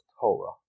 Torah